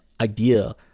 idea